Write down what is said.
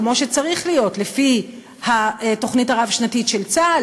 כמו שצריך להיות לפי התוכנית הרב-שנתית של צה"ל,